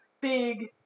big